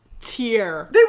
tier